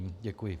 Děkuji.